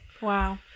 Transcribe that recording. wow